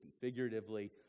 figuratively